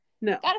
No